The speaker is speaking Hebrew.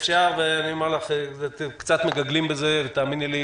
ואני אומר לך שקצת מגגלים בזה ותאמיני לי,